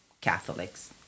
Catholics